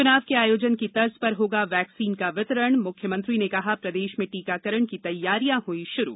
च्नाव के आयोजन की तर्ज पर होगा वैक्सीन का वितरण म्ख्यमंत्री ने कहा प्रदेश में टीकाकरण की तैयारियां हुई शुरू